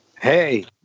Hey